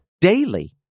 daily